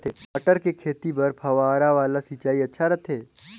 मटर के खेती बर फव्वारा वाला सिंचाई अच्छा रथे?